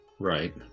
Right